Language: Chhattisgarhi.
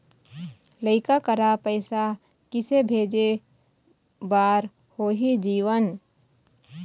लइका करा पैसा किसे भेजे बार होही जीवन